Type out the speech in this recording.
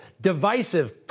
Divisive